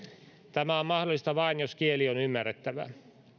tämä on mahdollista vain jos kieli on ymmärrettävää